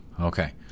okay